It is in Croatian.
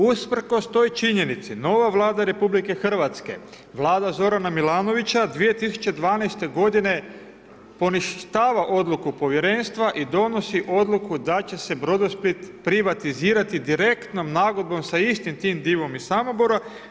Usprkos toj činjenici, nova Vlada RH, Vlada Zorana Milanovića, 2012. g. poništava odluku povjerenstva i donosi odluku da će se Brodosplit privatizirati, direktnom nagodbom sa istim tim divom iz Samobora.